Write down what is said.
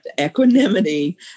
Equanimity